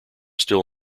still